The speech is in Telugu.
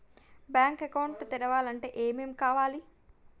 బ్యాంక్ అకౌంట్ తెరవాలంటే ఏమేం కావాలి?